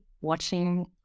watching